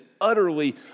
utterly